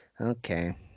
okay